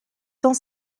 cent